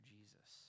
Jesus